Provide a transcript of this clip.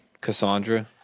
Cassandra